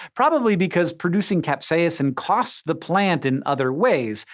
probably because producing capsaicin costs the plant in other ways.